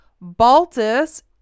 Baltus